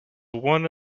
one